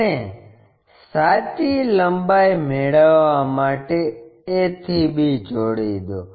અને સાચી લંબાઈ મેળવવા માટે a થી b જોડી દો